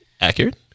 accurate